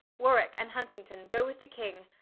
warwick, and huntington, goe with the king,